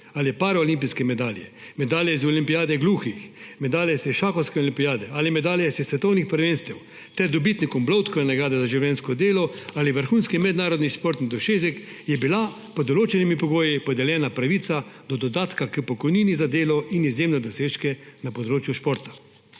ali paraolimpijske medalje, medalje z olimpijade gluhih, medalje s šahovske olimpijade ali medalje s svetovnih prvenstev ter dobitnikom Bloudkove nagrade za življenjsko delo ali za vrhunski mednarodnih športni dosežek je bila pod določenimi pogoji podeljena pravica do dodatka k pokojnini za delo in izjemne dosežke na področju športa.